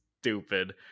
stupid